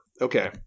Okay